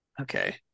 Okay